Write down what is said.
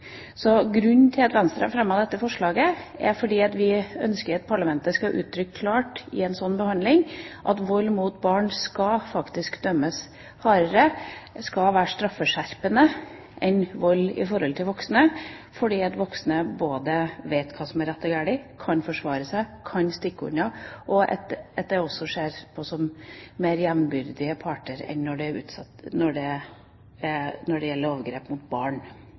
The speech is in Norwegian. Så grunnen til at Venstre har fremmet dette forslaget, er at vi ønsker at parlamentet i en slik behandling skal uttrykke klart at vold mot barn skal dømmes hardere, og det skal være straffeskjerpende sett i forhold til vold mot voksne, fordi voksne vet hva som er rett og hva som er galt, kan forsvare seg, kan stikke unna, og fordi de ses på som mer jevnbyrdige parter enn når